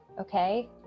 Okay